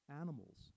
Animals